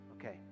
Okay